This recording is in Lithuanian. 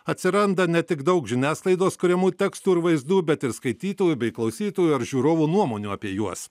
atsiranda ne tik daug žiniasklaidos kuriamų tekstų ir vaizdų bet ir skaitytojų bei klausytojų ar žiūrovų nuomonių apie juos